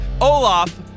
Olaf